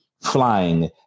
flying